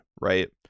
right